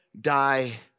Die